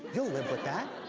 you'll live with that.